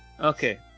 Okay